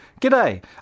G'day